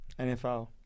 NFL